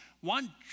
one